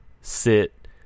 sit